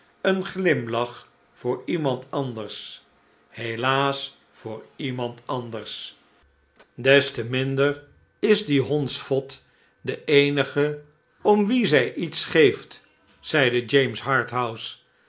een glimlach voor iemand anders helaas voor iemand anders des te minder is die hondsvot de eenige om wien zij iets geeft zeide james